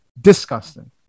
disgusting